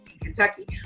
Kentucky